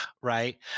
right